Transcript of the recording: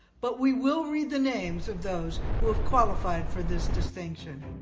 but we will read the names of those who have qualified for this distinction.